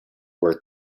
where